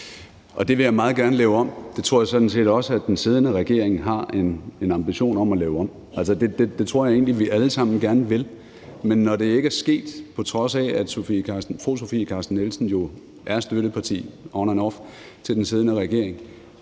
det vil jeg meget gerne lave om, og det tror jeg sådan set også at den siddende regering har en ambition om at lave om. Det tror jeg egentlig at vi alle sammen gerne vil. Men når det ikke er sket, på trods af at fru Sofie Carsten Nielsen jo er støtteparti on and off til den siddende regering,